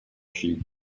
sheep